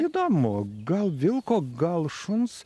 įdomu gal vilko gal šuns